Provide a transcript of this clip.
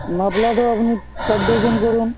মাফলারও আপনি এক ডজন করুন